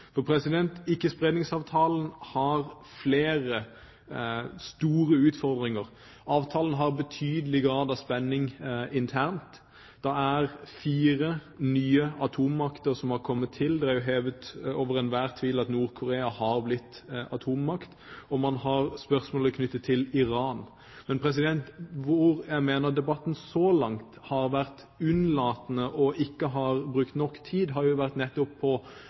har flere store utfordringer. Avtalen har en betydelig grad av spenning internt. Det er fire nye atommakter som har kommet til – det er hevet over enhver tvil at Nord-Korea har blitt en atommakt – og man har spørsmålet knyttet til Iran. Men hvor jeg mener at man i debatten så langt har vært unnlatende, og det som man ikke har brukt nok tid på, har nettopp vært